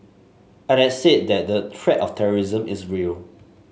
I had said that the threat of terrorism is real